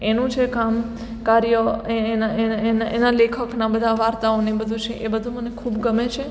એનું જે કામ કાર્ય એના લેખકના બધા વાર્તાઓ ને બધું છે એ બધું મને ખૂબ ગમે છે